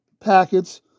packets